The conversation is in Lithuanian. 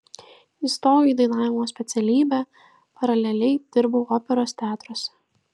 įstojau į dainavimo specialybę paraleliai dirbau operos teatruose